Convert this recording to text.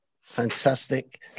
Fantastic